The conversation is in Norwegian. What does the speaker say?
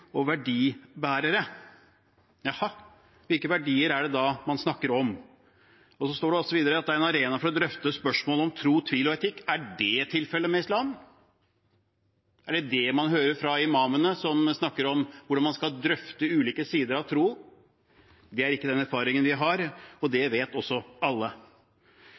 og verdibærere.» Jaha, hvilke verdier er det man da snakker om? Videre står det at det er «en arena for å drøfte spørsmål om tro, tvil og etikk». Er det tilfellet med islam? Er det det man hører fra imamene? Snakker man om hvordan man skal drøfte ulike sider av tro? Det er ikke den erfaringen vi har, og det vet også alle.